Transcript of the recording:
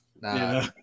Nah